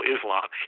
Islam